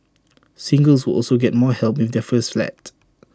singles will also get more help with their first flat